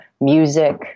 music